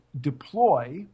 deploy